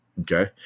Okay